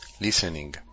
listening